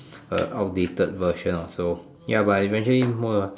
a outdated version also ya but eventually more lah